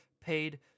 paid